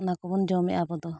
ᱚᱱᱟ ᱠᱚᱵᱚᱱ ᱡᱚᱢᱮᱜᱼᱟ ᱟᱵᱚ ᱫᱚ